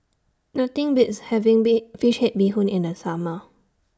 Nothing Beats having Big Fish Head Bee Hoon in The Summer